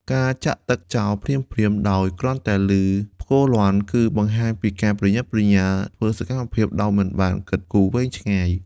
ការចាក់ទឹកចោលភ្លាមៗដោយគ្រាន់តែឮផ្គរលាន់ គឺបង្ហាញពីការប្រញាប់ប្រញាល់ធ្វើសកម្មភាពដោយមិនបានគិតគូរវែងឆ្ងាយ។